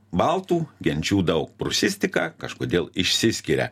baltų genčių daug prūsistika kažkodėl išsiskiria